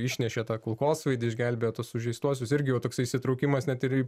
išnešė tą kulkosvaidį išgelbėjo tuos sužeistuosius irgi va toksai įsitraukimas net ir į